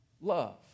love